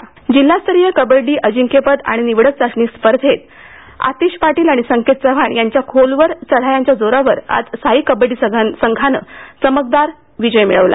कबडडी जिल्हास्तरीय कबड्डी अजिंक्यपद आणि निवड चाचणी स्पर्धेमध्येआतिश पाटील आणि संकेत चव्हाण यांच्या खोलवर चढायांच्या जोरावर आज साई कबड्डी संघानं चमकदार विजय मिऴवला